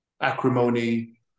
acrimony